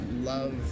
love